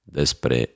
despre